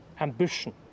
ambition